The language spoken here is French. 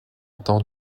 temps